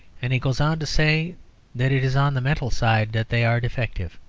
and he goes on to say that it is on the mental side that they are defective.